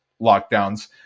lockdowns